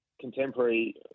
Contemporary